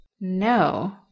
No